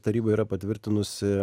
taryba yra patvirtinusi